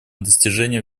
достижение